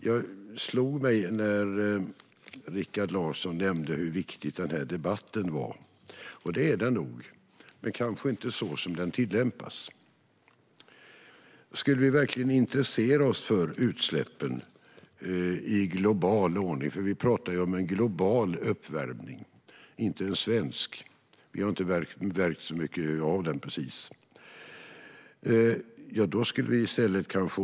Detta slog mig när Rikard Larsson nämnde hur viktig denna debatt är. Och det är den nog, men kanske inte så som den tillämpas. Om vi verkligen intresserade oss för utsläppen i global ordning skulle vi kanske i stället åka till Venezuela, Indien eller USA för att lägga kraft där. I de länderna kanske en predikan hade gjort mer nytta än här.